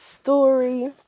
story